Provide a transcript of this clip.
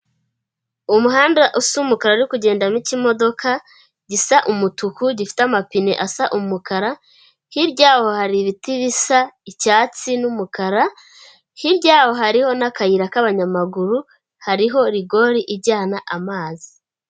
Umuhanda usa umukara uri kugendamo ikimodoka gisa umutuku gifite amapine asa umukara, hirya yaho hari ibiti bisa icyatsi n'umukara, hirya yaho hariho n'akayira k'abanyamaguru, hariho rigori ijyana amazi.